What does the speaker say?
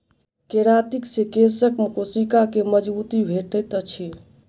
keratin से केशक कोशिका के मजबूती भेटैत अछि